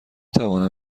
توانم